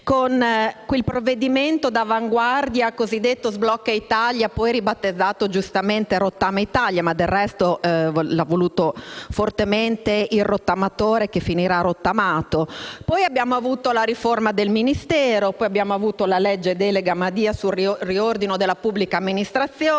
con quel provvedimento d'avanguardia, il cosiddetto sblocca Italia, poi ribattezzato giustamente rottama Italia; del resto, lo ha voluto fortemente il rottamatore che finirà rottamato. Poi abbiamo avuto la riforma del Ministero, poi la legge delega Madia sul riordino della pubblica amministrazione,